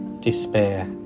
despair